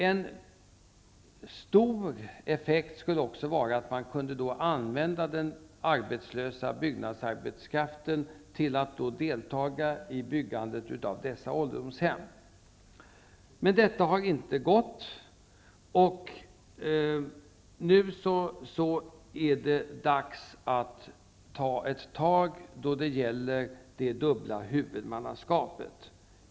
En stor effekt skulle också vara att man då kunde använda den arbetslösa byggarbetskraften till att delta i byggandet av dessa ålderdomshem. Detta har inte gått, och nu är det dags att ta ett tag då det gäller det dubbla huvudmannaskapet.